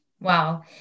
wow